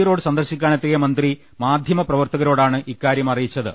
road സന്ദർശിക്കാനെത്തിയ മന്ത്രി മാധ്യമപ്രവർത്തകരോടാണ് ഇക്കാരൃം അറിയിച്ചത്